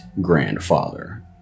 grandfather